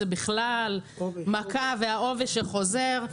הרטיבות זה בכלל מכה והעובש שחוזר.